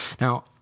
Now